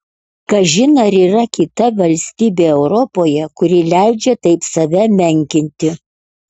kažin ar yra kita valstybė europoje kuri leidžia taip save menkinti